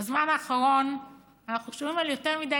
בזמן האחרון אנחנו שומעים על יותר מדי